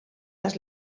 les